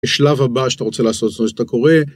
בשלב הבא שאתה רוצה לעשות, זאת אומרת, שאתה קורא.